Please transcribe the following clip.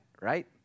right